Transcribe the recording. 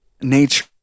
nature